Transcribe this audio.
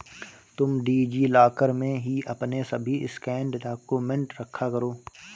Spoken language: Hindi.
तुम डी.जी लॉकर में ही अपने सभी स्कैंड डाक्यूमेंट रखा करो